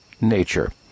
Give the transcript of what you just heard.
nature